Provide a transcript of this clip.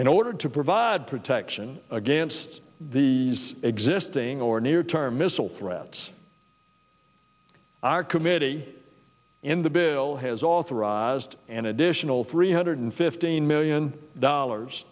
in order to provide protection against these existing or near term missile threats our committee in the bill has authorized an additional three hundred fifteen million dollars